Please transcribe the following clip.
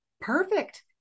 perfect